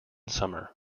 summer